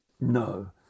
No